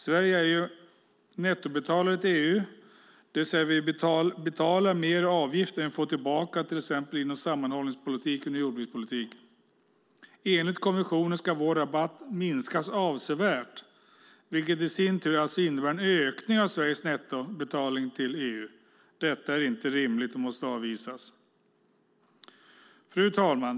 Sverige är ju nettobetalare till EU, det vill säga vi betalar mer i avgift än vi får tillbaka till exempel inom sammanhållningspolitiken och jordbrukspolitiken. Enligt kommissionen ska vår rabatt minskas avsevärt, vilket i sin tur alltså innebär en ökning av Sveriges nettobetalning till EU. Detta är inte rimligt utan måste avvisas. Fru talman!